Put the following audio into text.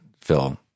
Phil